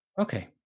Okay